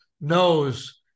knows